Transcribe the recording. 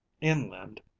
Inland